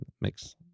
Makes